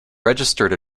registered